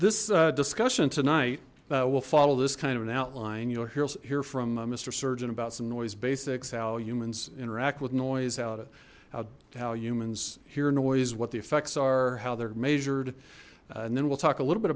this discussion tonight will follow this kind of an outline you'll hear from mister surgeon about some noise basics how humans interact with noise out of how humans hear noise what the effects are how they're measured and then we'll talk a little bit